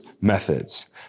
methods